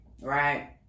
right